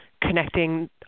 connecting